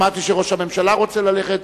שמעתי שראש הממשלה רוצה ללכת.